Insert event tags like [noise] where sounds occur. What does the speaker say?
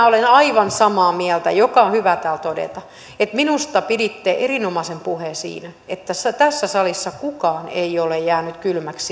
[unintelligible] olen aivan samaa mieltä mikä on hyvä täällä todeta että minusta piditte erinomaisen puheen siinä että tässä tässä salissa kukaan ei ole jäänyt kylmäksi [unintelligible]